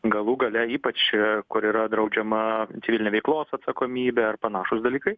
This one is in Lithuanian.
galų gale ypač kur yra draudžiama civilinė veiklos atsakomybė ar panašūs dalykai